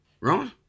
right